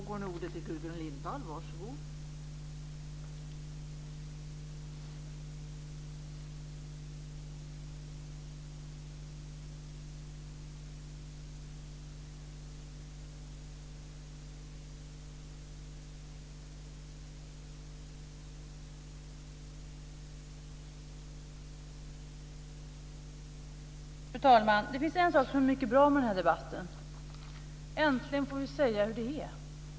Fru talman! Det finns en sak som är mycket bra med den här debatten. Äntligen får vi säga hur det är.